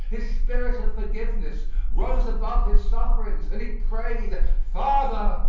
his spirit of forgiveness rose above his sufferings and he prayed, father,